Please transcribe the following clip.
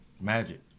Magic